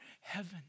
heaven